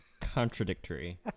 contradictory